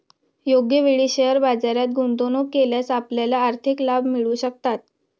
योग्य वेळी शेअर बाजारात गुंतवणूक केल्यास आपल्याला आर्थिक लाभ मिळू शकतात